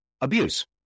abuse